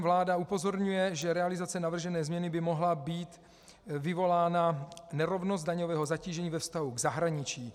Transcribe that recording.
Vláda upozorňuje, že realizací navržené změny by mohla být vyvolána nerovnost daňového zatížení ve vztahu k zahraničí.